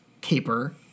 caper